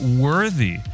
worthy